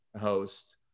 host